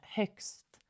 högst